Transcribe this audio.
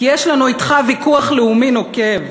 כי יש לנו אתך ויכוח לאומי נוקב,